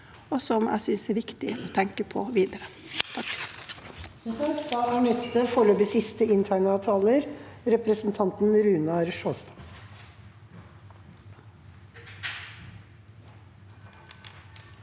og som jeg synes er viktig å tenke på videre. Runar